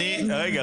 רגע,